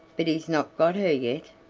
but he's not got her yet.